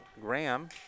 Graham